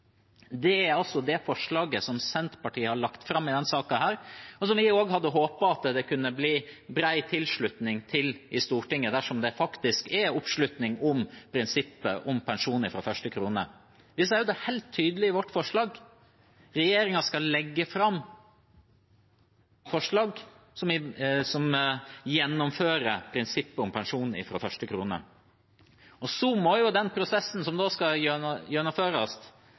Det er forslaget Senterpartiet har lagt fram i denne saken, som vi hadde håpet det kunne bli bred tilslutning til i Stortinget, dersom det faktisk er oppslutning om prinsippet om pensjon fra første krone. Vi sier helt tydelig i vårt forslag: Regjeringen skal legge fram forslag som gjennomfører prinsippet om pensjon fra første krone. Så må den prosessen som skal